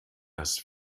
das